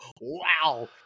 wow